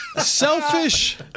Selfish